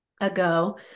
ago